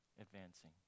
advancing